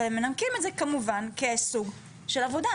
אבל הם מנמקים את זה כמובן כסוג של עבודה.